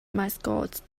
mascots